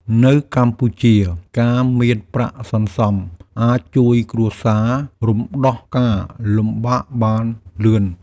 នៅកម្ពុជាការមានប្រាក់សន្សំ អាចជួយគ្រួសាររំដោះការលំបាកបានលឿន។